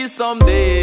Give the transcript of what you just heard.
someday